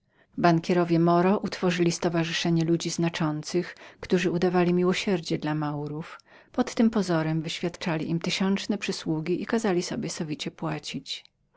ogółu bankierowie moro utworzyli stowarzyszenie ludzi znaczących którzy udawali miłosierdzie dla maurów pod tym pozorem wyświadczali im tysiączne przysługi i kazali sobie sowicie płacić